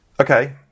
Okay